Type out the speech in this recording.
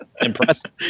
impressive